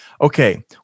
Okay